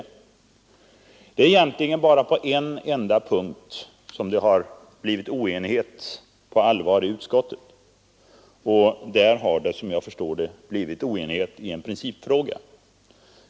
Det är egentligen på en enda punkt som det har blivit oenighet på allvar i utskottet, och där har det, som jag förstår det, blivit oenighet i en principfråga.